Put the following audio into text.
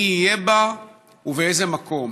מי יהיה בה ובאיזה מקום.